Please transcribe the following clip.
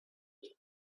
was